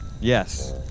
Yes